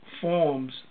forms